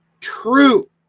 true